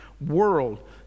world